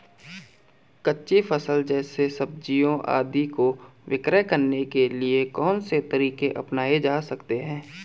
कच्ची फसल जैसे सब्जियाँ आदि को विक्रय करने के लिये कौन से तरीके अपनायें जा सकते हैं?